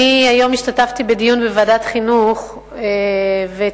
היום השתתפתי בדיון בוועדת החינוך וציינתי